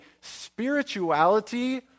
spirituality